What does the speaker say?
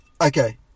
Okay